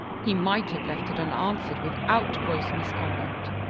he might have left it unanswered without gross misconduct.